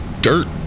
dirt